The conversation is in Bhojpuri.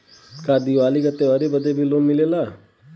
का दिवाली का त्योहारी बदे भी लोन मिलेला?